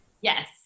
Yes